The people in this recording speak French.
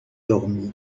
dormi